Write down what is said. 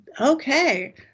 Okay